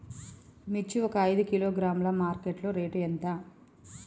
మిర్చి ఒక ఐదు కిలోగ్రాముల మార్కెట్ లో రేటు ఎంత?